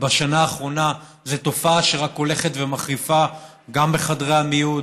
ובשנה האחרונה זו תופעה שרק הולכת ומחריפה גם בחדרי המיון,